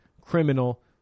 criminal